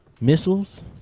missiles